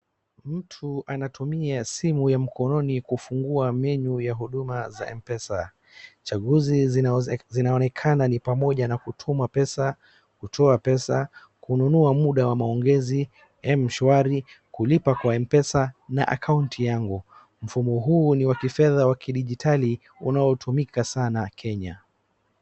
Mtu anatumia simu ya mkononi kufungua menu ya huduma za mpesa, chaguzi zinaonekana ni pamoja na kutuma pesa, kutoa pesa, kununua muda wa maongezi, M-shwari, kulipa kwa Mpesa na akaunti yangu. Mfumo huu ni wa kifedha wa kidigitali unaotumika sana Kenya.